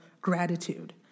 gratitude